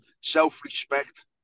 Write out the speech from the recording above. Self-respect